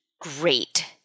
great